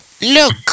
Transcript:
look